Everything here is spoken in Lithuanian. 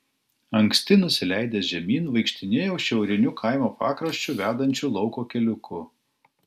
anksti nusileidęs žemyn vaikštinėjau šiauriniu kaimo pakraščiu vedančiu lauko keliuku